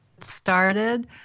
started